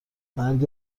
مرگ